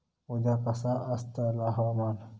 उद्या कसा आसतला हवामान?